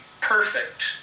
perfect